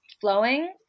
flowing